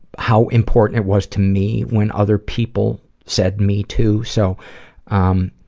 how important it was to me when other people said me too, so um,